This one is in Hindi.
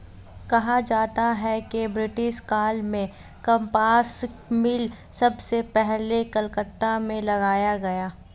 कहा जाता है कि ब्रिटिश काल में कपास मिल सबसे पहले कलकत्ता में लगाया गया